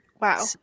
Wow